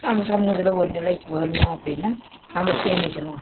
நம்ம சமூகத்தில் ஒரு நிலைக்கு வரணும் அப்படின்னா நம்ம சேமிக்கணும்